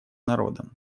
народом